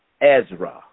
Ezra